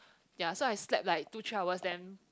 ya so I slept like two three hours then